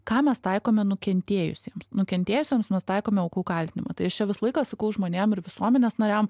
ką mes taikome nukentėjusiems nukentėjusiems mes taikome aukų kaltinimą tai aš čia visą laiką sakau žmonėm ir visuomenės nariam